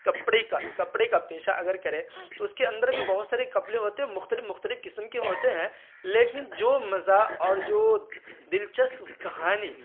کپڑے کا کپڑے کا پیشہ اگر کریں تو اس کے اندر بھی بہت سارے کپڑے ہوتے ہیں مختلف مختلف قسم کے ہوتے ہیں لیکن جو مزہ اور جو دلچسپ کہانی